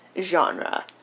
genre